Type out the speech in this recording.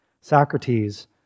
Socrates